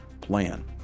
plan